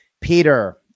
Peter